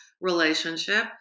relationship